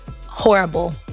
Horrible